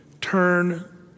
turn